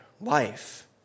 life